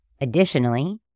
Additionally